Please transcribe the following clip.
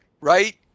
right